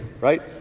right